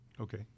Okay